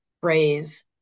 phrase